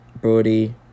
Brody